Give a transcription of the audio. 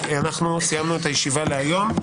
סיימנו את הישיבה להיום.